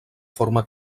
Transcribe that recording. forma